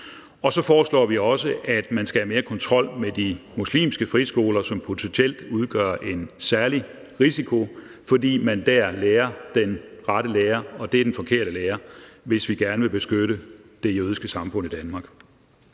og så foreslår vi også, at man skal have mere kontrol med de muslimske friskoler, som potentielt udgør en særlig risiko, fordi man der lærer den rette lære, og det er den forkerte lære, hvis vi gerne vil beskytte det jødiske samfund i Danmark.